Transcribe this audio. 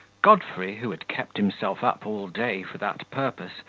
godfrey, who had kept himself up all day for that purpose,